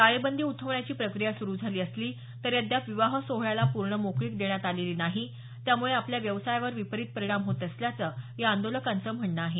टाळेबंदी उठवण्याची प्रक्रिया सुरू झाली असली तरी अद्याप विवाह सोहळ्याला पूर्ण मोकळीक देण्यात आलेली नाही त्यामुळे आपल्या व्यवसायावर विपरीत परिणाम होत असल्याचं या आंदोलकांचं म्हणणं आहे